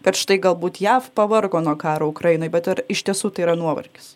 kad štai galbūt jav pavargo nuo karo ukrainoj bet ar iš tiesų tai yra nuovargis